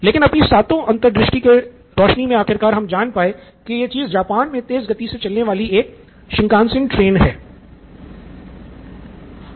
लेकिन अपनी सातों अंतर्दृष्टि की रोशनी मे आखिरकार हम जान पाये की यह चीज़ जापान मे तेज़ गति से चलने वाली एक शिनकानसेन ट्रेन है